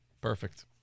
perfect